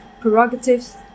prerogatives